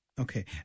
Okay